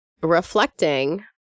reflecting